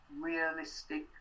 realistic